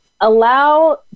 allow